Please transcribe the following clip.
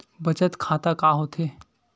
बचत खाता का होथे?